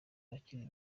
abakiri